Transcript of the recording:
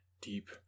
Deep